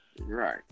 Right